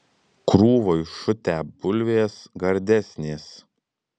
krūvoj šutę bulvės gardesnės